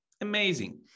Amazing